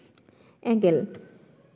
ᱮᱸᱜᱮᱞ